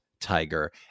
Tiger